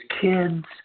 kids